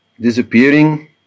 disappearing